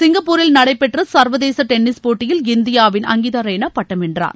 சிங்கப்பூரில் நனடபெற்ற சர்வதேச டென்னிஸ் போட்டியில் இந்தியாவின் அங்கிதா ரெய்னா பட்டம் வென்றார்